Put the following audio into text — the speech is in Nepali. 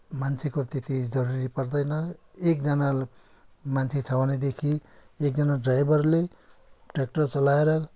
मान्छेको त्यति जरुरी पर्दैन एकजना मान्छे छ भनेदेखि एकजना ड्राइभरले ट्रेक्टर चलाएर